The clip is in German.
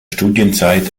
studienzeit